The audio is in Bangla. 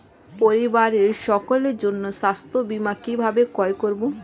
পরিবারের সকলের জন্য স্বাস্থ্য বীমা কিভাবে ক্রয় করব?